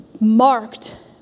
marked